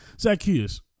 Zacchaeus